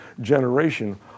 generation